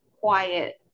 quiet